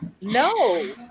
No